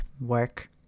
work